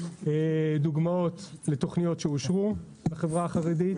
דוגמאות לתוכניות שאושרו בחברה החרדית